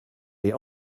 est